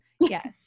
Yes